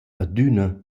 adüna